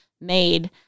made